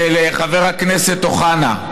לחבר הכנסת אוחנה.